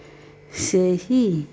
ସେହି